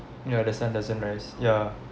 ya the sun doesn't rise ya